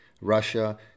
Russia